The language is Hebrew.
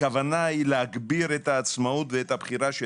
הכוונה היא להגביר את העצמאות ואת הבחירה של